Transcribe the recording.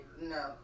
No